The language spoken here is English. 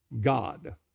God